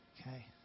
Okay